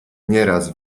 nieraz